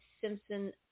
Simpson